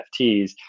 NFTs